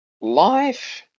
life